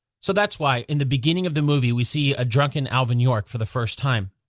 so that's why, in the beginning of the movie, we see a drunken alvin york for the first time.